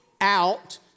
out